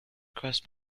crossed